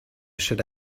should